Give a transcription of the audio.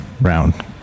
round